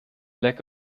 lack